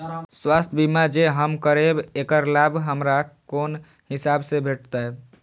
स्वास्थ्य बीमा जे हम करेब ऐकर लाभ हमरा कोन हिसाब से भेटतै?